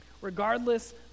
Regardless